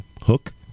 hook